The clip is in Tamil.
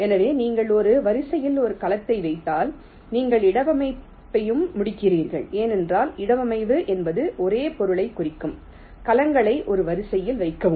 எனவே நீங்கள் ஒரு வரிசையில் ஒரு கலத்தை வைத்தால் நீங்கள் இடவமைபயும் முடிக்கிறீர்கள் ஏனென்றால் இடவமைவு என்பது ஒரே பொருளைக் குறிக்கும் கலங்களை ஒரு வரிசையில் வைக்கவும்